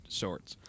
sorts